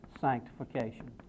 sanctification